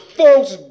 folks